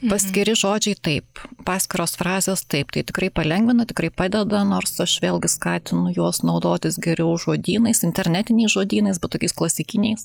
paskiri žodžiai taip paskiros frazės taip tai tikrai palengvina tikrai padeda nors aš vėlgi skatinu juos naudotis geriau žodynais internetiniais žodynais bet tokiais klasikiniais a be